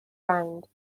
round